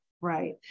Right